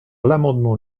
l’amendement